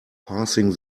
passing